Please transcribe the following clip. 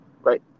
right